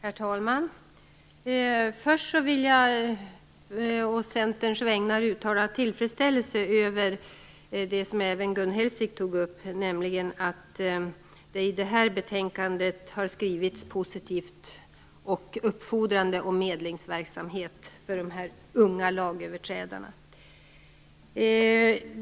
Herr talman! Först vill jag å Centerns vägnar uttala tillfredsställde över det som även Gun Hellsvik tog upp, nämligen att det i det här betänkandet har skrivits positivt och uppfordrande om medlingsverksamhet för unga lagöverträdare.